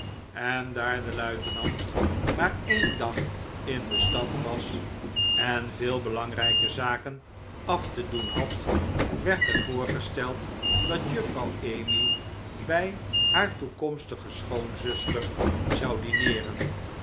en daar de luitenant maar een dag in de stad was en veel belangrijke zaken af te doen had werd er voorgesteld dat juffrouw emmy bij haar toekomstige schoonzuster zou